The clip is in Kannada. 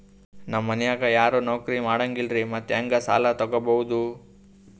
ನಮ್ ಮನ್ಯಾಗ ಯಾರೂ ನೌಕ್ರಿ ಮಾಡಂಗಿಲ್ಲ್ರಿ ಮತ್ತೆಹೆಂಗ ಸಾಲಾ ತೊಗೊಬೌದು?